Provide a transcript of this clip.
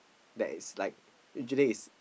that is like usually is